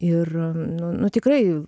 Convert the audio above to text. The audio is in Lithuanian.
ir nu nu tikrai